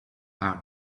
are